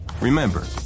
Remember